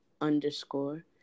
underscore